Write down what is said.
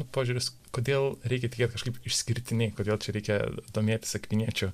požiūris kodėl reikia tikėt kažkaip išskirtinai kodėl čia reikia domėtis akviniečiu